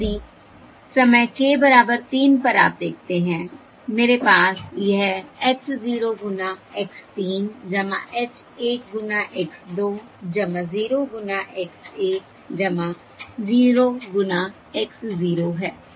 अब यदि समय k बराबर 3 पर आप देखते हैं मेरे पास यह h 0 गुना x 3 h 1 गुना x 2 0 गुना x 1 0 गुना x 0 है